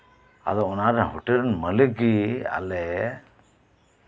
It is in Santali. ᱟᱫᱚ ᱚᱱᱟᱨᱮᱱ ᱦᱳᱴᱮᱞ ᱨᱮᱱ ᱢᱟᱹᱞᱤᱠ ᱜᱮ ᱟᱞᱮ